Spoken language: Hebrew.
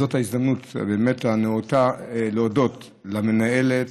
זאת באמת הזדמנות נאותה להודות למנהלת,